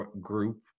group